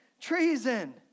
treason